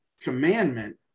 commandment